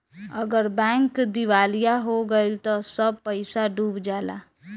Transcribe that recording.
अगर बैंक दिवालिया हो गइल त सब पईसा डूब जाला